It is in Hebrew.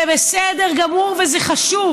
זה בסדר גמור וזה חשוב.